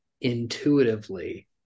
intuitively